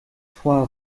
trois